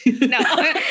No